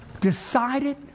decided